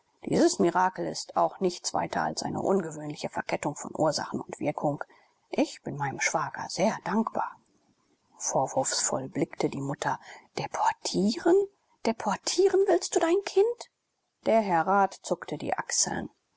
dieses mirakel ist auch nichts weiter als eine ungewöhnliche verkettung von ursache und wirkung ich bin meinem schwager sehr dankbar vorwurfsvoll blickte die mutter deportieren deportieren willst du dein kind der herr rat zuckte die achseln